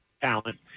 talent